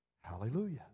Hallelujah